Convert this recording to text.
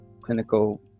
clinical